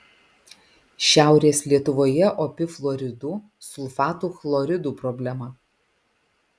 šiaurės lietuvoje opi fluoridų sulfatų chloridų problema